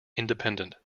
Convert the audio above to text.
independent